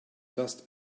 dust